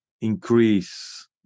increase